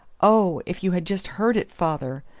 oh, if you had just heard it, father!